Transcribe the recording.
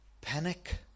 panic